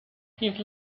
his